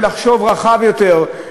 ולחשוב רחב יותר,